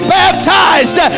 baptized